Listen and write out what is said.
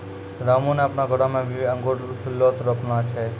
रामू नॅ आपनो घरो मॅ भी अंगूर के लोत रोपने छै